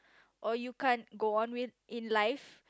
or you can't go on with in life